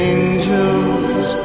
Angels